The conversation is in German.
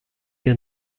der